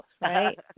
right